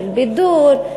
של בידור,